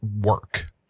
work